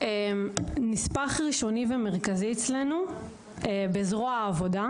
נושא ההסברה הוא נספח ראשוני ומרכזי בזרוע העבודה,